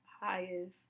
highest